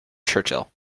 churchill